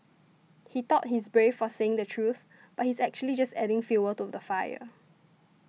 he thought he's brave for saying the truth but he's actually just adding fuel to the fire